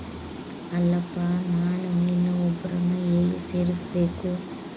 ಅಲ್ಲಪ್ಪ ನಾನು ಇನ್ನೂ ಒಬ್ಬರನ್ನ ಹೇಗೆ ಸೇರಿಸಬೇಕು?